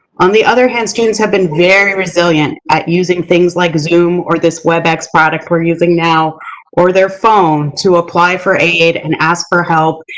on the other hand, students have been very resilient at using things like zoom or this webex product we're using now or their phone to apply for aid and ask for help.